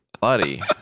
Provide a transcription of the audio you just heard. buddy